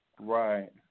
Right